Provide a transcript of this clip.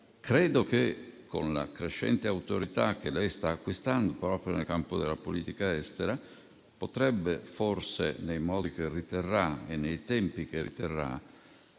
credo che, con la crescente autorità che lei sta acquistando proprio nel campo della politica estera, potrebbe forse, nei modi e nei tempi che riterrà,